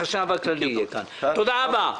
תודה רבה.